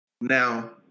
Now